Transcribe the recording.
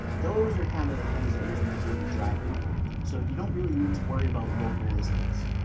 those are kind of the things that you're going to do to drive people, so you don't really need to worry about local listings.